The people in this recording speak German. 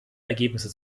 ergebnisse